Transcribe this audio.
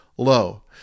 low